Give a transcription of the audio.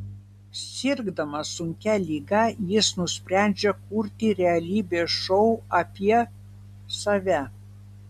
sirgdamas sunkia liga jis nusprendžia kurti realybės šou apie save